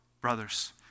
brothers